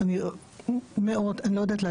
כי אתם רוצים לשמוע את המספרים ואתם רוצים